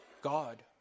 God